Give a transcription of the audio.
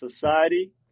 society